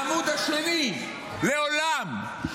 העמוד השני, לעולם,